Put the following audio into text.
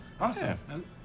Awesome